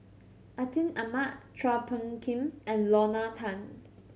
Atin Amat Chua Phung Kim and Lorna Tan